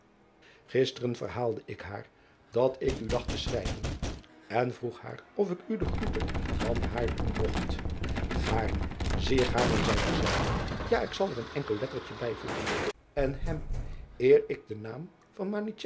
isteren verhaalde ik haar dat ik u dacht te schrijven en vroeg haar of ik u de groete van haar doen mogt aarne zeer gaarne zeide zij ja ik zal er een enkel lettertje bijvoegen en hem eer ik den naam van